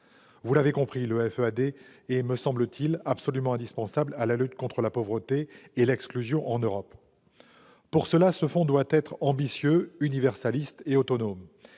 Vous l'avez compris, le FEAD est absolument indispensable à la lutte contre la pauvreté et l'exclusion en Europe. Pour cela, ce fonds doit être ambitieux, universaliste et autonome.